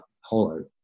hollow